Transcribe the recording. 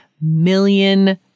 million